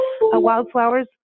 wildflowers